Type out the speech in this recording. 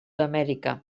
amèrica